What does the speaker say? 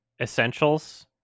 essentials